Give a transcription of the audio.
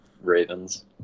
Ravens